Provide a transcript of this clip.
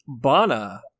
Bana